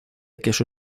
queso